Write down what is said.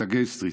את הג'יי סטריט,